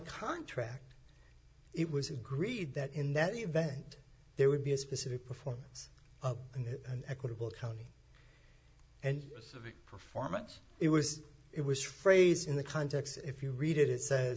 contract it was agreed that in that event there would be a specific performance and an equitable county and civic performance it was it was phrased in the context if you read it it